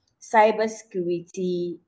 cybersecurity